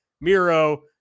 Miro